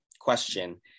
question